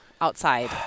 outside